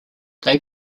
they